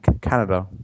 Canada